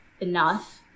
enough